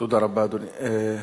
תודה רבה, אדוני.